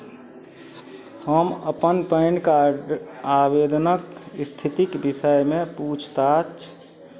हम अपन PAN card आवेदनक स्थितिक विषयमे पूछताछ